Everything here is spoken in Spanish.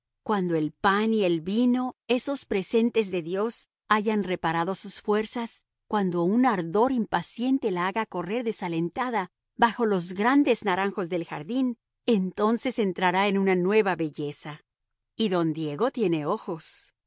cuando el pan y el vino esos presentes de dios hayan reparado sus fuerzas cuando un ardor impaciente la haga correr desalentada bajo los grandes naranjos del jardín entonces entrará en una nueva belleza y don diego tiene ojos